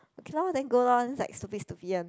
okay lor then go lor then it's like stupid stupid one